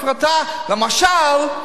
הפרטה, למשל,